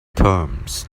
terms